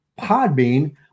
Podbean